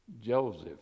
Joseph